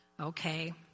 Okay